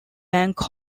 bank